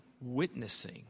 witnessing